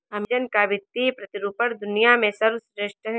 Amazon का वित्तीय प्रतिरूपण दुनिया में सर्वश्रेष्ठ है